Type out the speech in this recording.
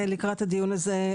לקראת הדיון הזה,